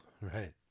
Right